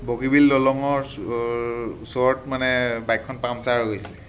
বগীবিল দলঙৰ ওচৰত মানে বাইকখন পামচাৰ হৈ গৈছিলে